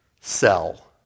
sell